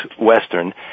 Western